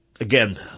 again